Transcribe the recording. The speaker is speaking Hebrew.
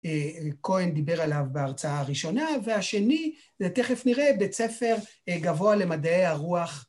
כהן דיבר עליו בהרצאה הראשונה, והשני, זה תכף נראה, בית ספר גבוה למדעי הרוח.